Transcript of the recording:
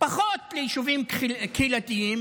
פחות ליישובים קהילתיים.